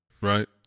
right